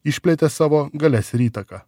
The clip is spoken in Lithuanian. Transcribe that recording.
išplėtė savo galias ir įtaką